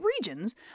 regions